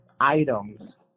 items